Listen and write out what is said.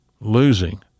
losing